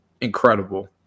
incredible